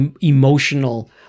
emotional